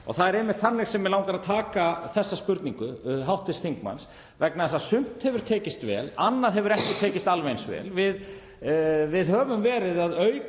Það er einmitt þannig sem mig langar að taka þessa spurningu hv. þingmanns vegna þess að sumt hefur tekist vel, annað hefur ekki tekist alveg eins vel. Við höfum verið að auka